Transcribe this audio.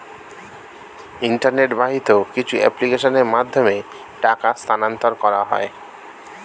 internet বাহিত কিছু অ্যাপ্লিকেশনের মাধ্যমে টাকা স্থানান্তর করা হয়